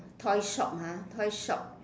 toy shop ah toy shop